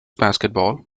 basketball